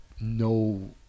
no